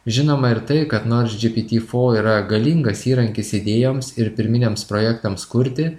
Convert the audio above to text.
žinoma ir tai kad nors gpt four yra galingas įrankis idėjoms ir pirminiams projektams kurti